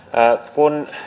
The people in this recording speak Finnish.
kun